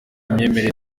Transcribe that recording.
imyemerere